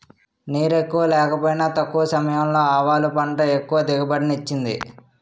నీరెక్కువ లేకపోయినా తక్కువ సమయంలో ఆవాలు పంట ఎక్కువ దిగుబడిని ఇచ్చింది